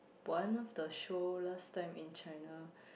one of the show last time in China